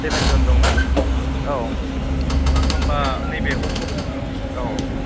सेबेनजन दंना औ ओ होनबा नैबे अक्ट'बर औ